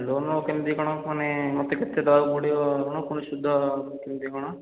loan କେମିତି କ'ଣ ମାନେ ମୋତେ କେତେ ଦେବାକୁ ପଡ଼ିବ କ'ଣ ପୁଣି ସୁଦ୍ଧ କେମିତି କ'ଣ